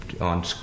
on